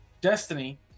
Destiny